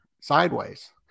sideways